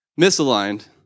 misaligned